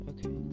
Okay